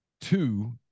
two